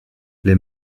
les